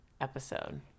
Episode